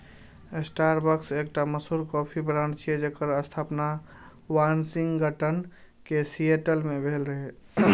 Starbucks एकटा मशहूर coffee brand छियै, जेकर स्थापना वाशिंगटन के सिएटल मे भेल रहै